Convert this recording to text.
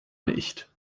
nicht